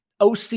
OC